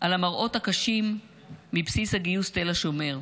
על המראות הקשים מבסיס הגיוס תל השומר,